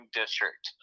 district